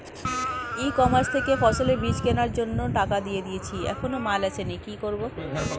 ই commerce থেকে ফসলের বীজ কেনার জন্য টাকা দিয়ে দিয়েছি এখনো মাল আসেনি কি করব?